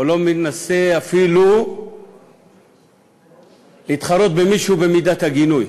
או לא מנסה אפילו להתחרות במישהו במידת הגינוי.